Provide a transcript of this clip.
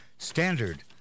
standard